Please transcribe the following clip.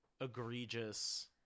egregious